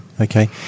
okay